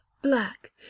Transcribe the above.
black